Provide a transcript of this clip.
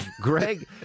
Greg